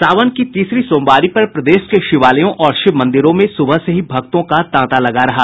सावन की तीसरी सोमवारी पर प्रदेश के शिवालयों और शिवमंदिरों में सुबह से ही भक्तों का तांता लगा रहा